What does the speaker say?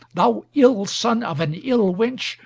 thou ill son of an ill wench,